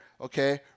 okay